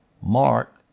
Mark